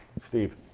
Steve